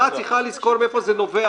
מאיפה זה נובע